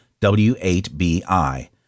W8BI